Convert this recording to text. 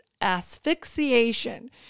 asphyxiation